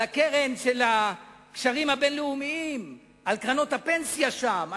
על הקרן של הקשרים הבין-לאומיים ועל קרנות הפנסיה שם,